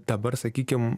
dabar sakykim